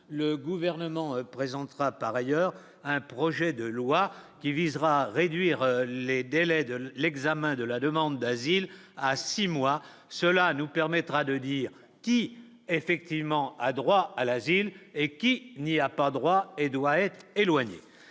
le gouvernement présentera par ailleurs. Un projet de loi qui visera à réduire les délais de l'examen de la demande d'asile à 6 mois, cela nous permettra de dire si effectivement a droit à l'asile et qu'il n'y a pas droit et doit être éloignée